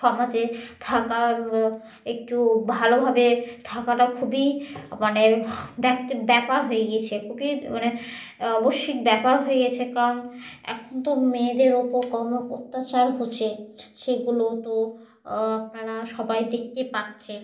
সমাজে থাকা একটু ভালোভাবে থাকাটা খুবই মানে ব্যাক্তিগত ব্যাপার হয়ে গিয়েছে খুবই মানে আবশ্যিক ব্যাপার হয়ে গিয়েছে কারণ এখন তো মেয়েদের ওপর কোনো অত্যাচার হচ্ছে সেগুলো তো আপনারা সবাই দেখতেই পাচ্ছে